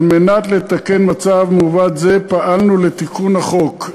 כדי לתקן מצב מעוות זה פעלנו לתיקון החוק.